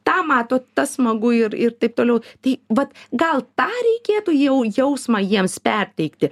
tą mato tas smagu ir ir taip toliau tai vat gal tą reikėtų jau jausmą jiems perteikti